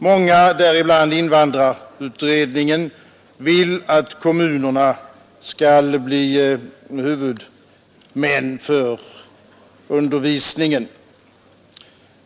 Många, däribland invandrarutredningen, vill att kommunerna skall bli huvudmän för undervisningen.